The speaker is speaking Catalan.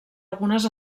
algunes